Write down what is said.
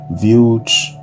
views